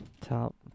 top